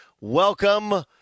Welcome